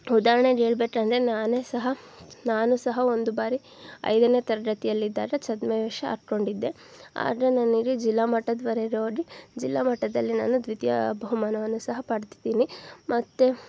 ಉದಾರ್ಣೆಗೆ ಹೇಳ್ಬೇಕಂದ್ರೆ ನಾನೇ ಸಹ ನಾನೂ ಸಹ ಒಂದು ಬಾರಿ ಐದನೇ ತರಗತಿಯಲ್ಲಿದ್ದಾಗ ಛದ್ಮವೇಷ ಹಾಕೊಂಡಿದ್ದೆ ಆದರೆ ನನಗೆ ಜಿಲ್ಲಾಮಟ್ಟದ್ವರೆಗೆ ಹೋಗಿ ಜಿಲ್ಲಾಮಟ್ಟದಲ್ಲಿ ನಾನು ದ್ವಿತೀಯ ಬಹುಮಾನವನ್ನು ಸಹ ಪಡ್ದಿದ್ದೀನಿ ಮತ್ತು